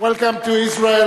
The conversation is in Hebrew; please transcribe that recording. רבותי השרים,